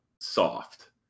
soft